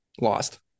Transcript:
lost